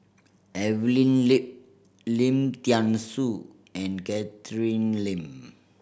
Evelyn Lip Lim Thean Soo and Catherine Lim